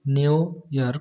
New York